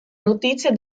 notizia